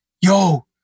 Yo